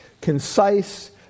concise